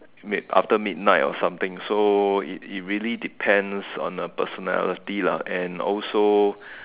after midnight or something so it really depend on the personality lah and also